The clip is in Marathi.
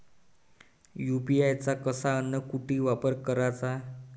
यू.पी.आय चा कसा अन कुटी वापर कराचा?